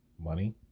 money